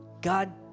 God